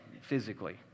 physically